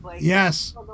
Yes